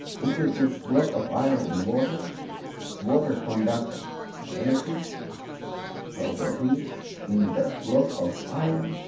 if we put block of iron in water water conducts energy so called heat in the block of iron.